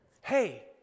Hey